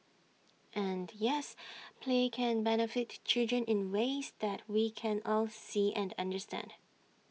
and yes play can benefit children in ways that we can all see and understand